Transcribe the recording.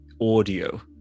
audio